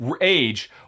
age